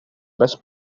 best